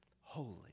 holy